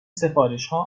سفارشها